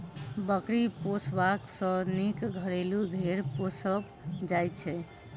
बकरी पोसबा सॅ नीक घरेलू भेंड़ पोसब होइत छै